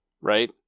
right